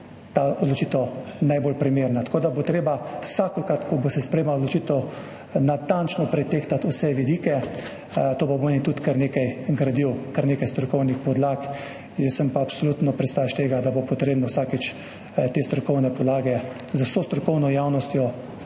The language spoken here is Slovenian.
čez leto najbolj primerna odločitev. Tako da bo treba vsakokrat, ko se bo sprejemalo odločitev, natančno pretehtati vse vidike, to pa pomeni tudi kar nekaj gradiv, kar nekaj strokovnih podlag. Sem pa absolutno pristaš tega, da bo potrebno vsakič te strokovne podlage z vso strokovno in